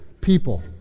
people